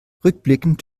rückblickend